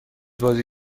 بازی